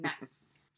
Nice